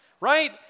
right